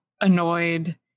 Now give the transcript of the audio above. annoyed